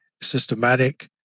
systematic